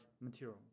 material